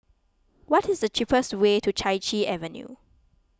what is the cheapest way to Chai Chee Avenue